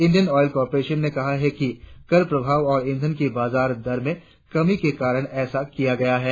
Indian Oil Corporation ने कहा है कि कर प्रभाव और ईंधन की बाजार दर में कमी के कारण ऐसा किया गया है